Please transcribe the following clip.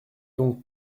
donc